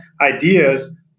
ideas